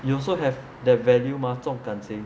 you also have the value mah 重感情